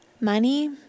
money